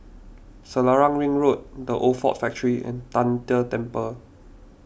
Selarang Ring Road the Old Ford Factor and Tian De Temple